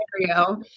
scenario